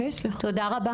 תודה.